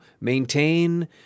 maintain